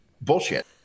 bullshit